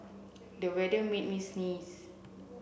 the weather made me sneeze